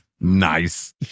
Nice